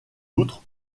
outre